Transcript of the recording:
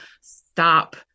stop